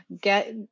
get